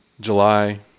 July